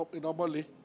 normally